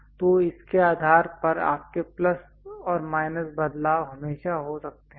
तो इसके आधार पर आपके प्लस और माइनस बदलाव हमेशा हो सकते हैं